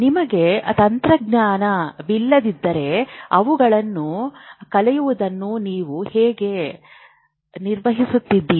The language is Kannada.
ನಿಮಗೆ ತಂತ್ರಜ್ಞಾನವಿಲ್ಲದಿದ್ದರೆ ಅವುಗಳನ್ನು ಕಲಿಯುವುದನ್ನು ನೀವು ಹೇಗೆ ನಿರ್ವಹಿಸುತ್ತೀರಿ